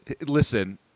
Listen